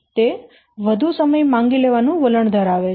તે વધુ સમય માંગી લેવાનું વલણ ધરાવે છે